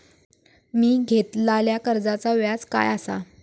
मी घेतलाल्या कर्जाचा व्याज काय आसा?